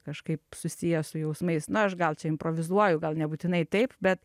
kažkaip susiję su jausmais no aš gal čia improvizuoju gal nebūtinai taip bet